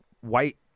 white